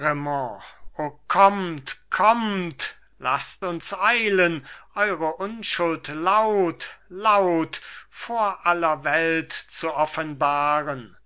raimond o kommt kommt laßt uns eilen eure unschuld laut laut vor aller welt zu offenbaren